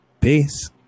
Peace